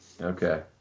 Okay